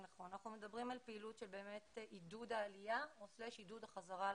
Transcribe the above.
אנחנו מדברים על פעילות עידוד העלייה או עידוד החזרה לארץ.